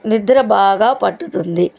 నిద్ర బాగా పట్టుతుంది